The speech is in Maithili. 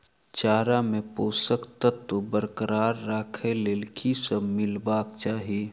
चारा मे पोसक तत्व बरकरार राखै लेल की सब मिलेबाक चाहि?